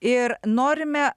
ir norime